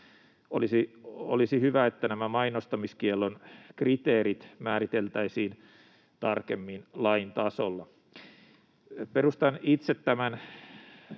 olisi hyvä, että nämä mainostamiskiellon kriteerit määriteltäisiin tarkemmin lain tasolla. Perustan itse tämän